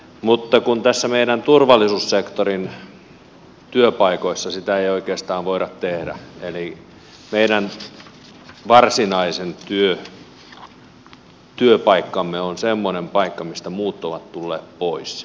mutta kun näissä meidän turvallisuussektorin työpaikoissa sitä ei oikeastaan voida tehdä eli meidän varsinainen työpaikkamme on semmoinen paikka mistä muut ovat tulleet pois